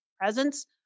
presence